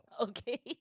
Okay